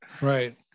Right